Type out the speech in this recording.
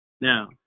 now